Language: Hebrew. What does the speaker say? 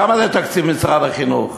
כמה עולה תקציב משרד החינוך?